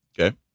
Okay